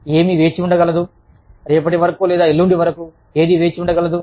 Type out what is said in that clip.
ఏమి వేచి ఉండగలదు రేపటి వరకు లేదా ఎల్లుండి వరకు ఏది వేచి ఉండగలదు